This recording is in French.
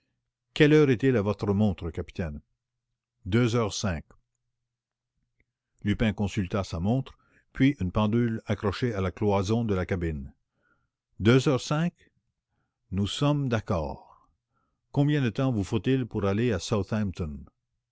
quelle heure est-il à votre montre capitaine deux heures cinq lupin consulta sa montre puis une pendule accrochée à la cloison de la cabine deux heures cinq nous sommes d'accord combien de temps vous faut-il pour aller à